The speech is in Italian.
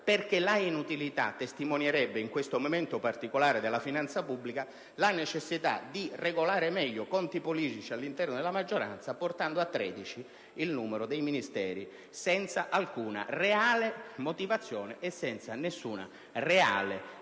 perché l'inutilità testimonierebbe, in questo momento particolare della finanza pubblica, la necessità di regolare meglio conti politici all'interno della maggioranza portando a 13 il numero dei Ministeri senza alcuna reale motivazione e senza nessuna reale